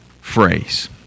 phrase